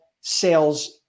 sales